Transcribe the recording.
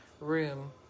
room